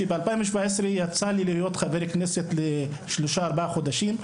שב-2017 יצא לי להיות חבר כנסת לשלושה-ארבעה חודשים.